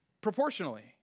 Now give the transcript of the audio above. proportionally